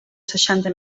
seixanta